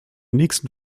nächsten